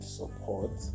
support